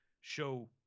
show